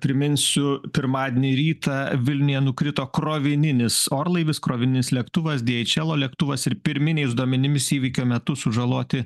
priminsiu pirmadienį rytą vilniuje nukrito krovininis orlaivis krovininis lėktuvas dieičelo lėktuvas ir pirminiais duomenimis įvykio metu sužaloti